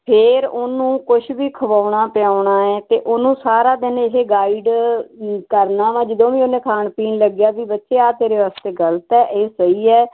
ਫੇਰ ਉਹਨੂੰ ਕੁਝ ਵੀ ਖਵਾਉਣਾ ਪਿਆਉਣਾ ਹ ਤੇ ਉਹਨੂੰ ਸਾਰਾ ਦਿਨ ਇਹ ਗਾਈਡ ਕਰਨਾ ਵਾ ਜਦੋਂ ਵੀ ਉਹਨੇ ਖਾਣ ਪੀਣ ਲੱਗਿਆ ਵੀ ਬੱਚੇ ਆ ਤੇਰੇ ਵਾਸਤੇ ਗਲਤ ਹੈ ਇਹ ਸਹੀ ਹੈ